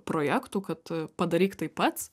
projektų kad padaryk tai pats